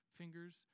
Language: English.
fingers